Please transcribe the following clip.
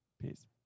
Peace